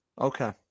Okay